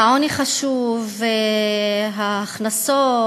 עניין העוני חשוב, ההכנסות,